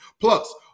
Plus